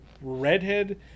redhead